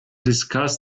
discuss